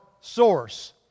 source